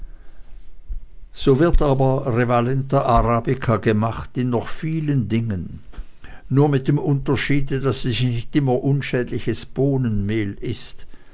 so wird aber revalenta arabica gemacht in noch vielen dingen nur mit dem unterschiede daß es nicht immer unschädliches bohnenmehl ist